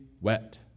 wet